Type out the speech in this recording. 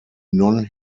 non